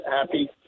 happy